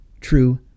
true